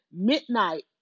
midnight